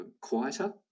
quieter